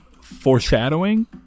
foreshadowing